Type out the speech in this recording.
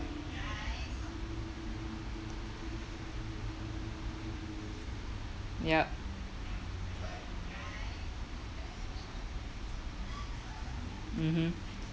yup mmhmm